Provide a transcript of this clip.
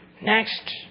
Next